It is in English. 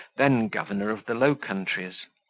then governor of the low countries.